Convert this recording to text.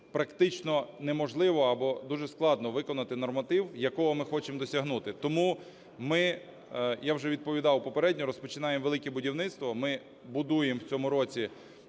практично неможливо або дуже складно виконати норматив, якого ми хочемо досягнути. Тому ми, я вже відповідав попередньо, розпочинаємо велике будівництво, ми будуємо в цьому році